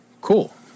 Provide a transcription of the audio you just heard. Cool